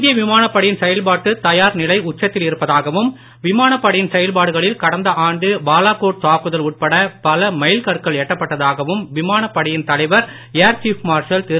இந்திய விமானப்படையின் செயல்பாட்டுத் தயார் நிலை உச்சத்தில் இருப்பதாகவும் விமானப்படையின் செயல்பாடுகளில் கடந்த ஆண்டு பாலாக்கோட் தாக்குதல் உட்பட பல மைல்கற்கள் எட்டப்பட்டதாகவும் விமானப்படையின் தலைவர் ஏர்சீப் மார்ஷல் திரு